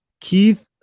Keith